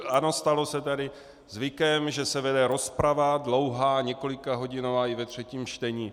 Ano, stalo se tady zvykem, že se vede rozprava, dlouhá, několikahodinová i ve třetím čtení.